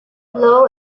low